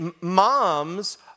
moms